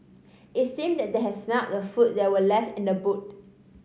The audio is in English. it seemed that they had smelt the food that were left in the boot